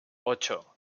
ocho